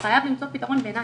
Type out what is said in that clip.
חייבים למצוא פתרון ביניים.